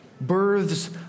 births